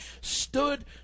stood